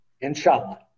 Inshallah